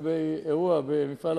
לפי דעתי כבר התחילו לסלול כביש